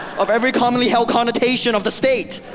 of every commonly held connotation of the state.